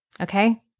okay